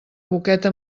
boqueta